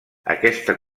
aquesta